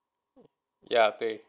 ya